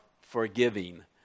forgiving